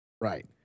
Right